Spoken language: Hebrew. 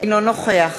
אינו נוכח